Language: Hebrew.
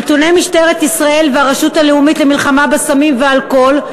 מנתוני משטרת ישראל והרשות הלאומית למלחמה בסמים ובאלכוהול,